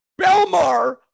Belmar